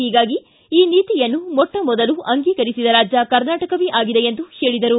ಹೀಗಾಗಿ ಈ ನೀತಿಯನ್ನು ಮೊಟ್ಟ ಮೊದಲು ಅಂಗೀಕರಿಸಿದ ರಾಜ್ಯ ಕರ್ನಾಟಕವೇ ಆಗಿದೆ ಎಂದು ಹೇಳಿದರು